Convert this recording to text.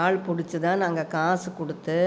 ஆள் பிடிச்சிதான் நாங்கள் காசு கொடுத்து